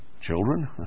children